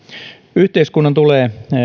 yhteiskunnan tulee